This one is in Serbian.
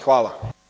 Hvala.